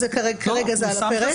כרגע זה על הפרק.